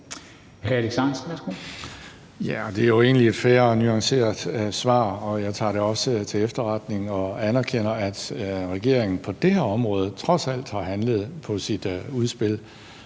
Det er jo egentlig et fair og nuanceret svar, og jeg tager det også til efterretning og anerkender, at regeringen på det her område trods alt har handlet på sit udspil.